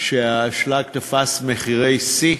כשהאשלג תפס מחירי שיא,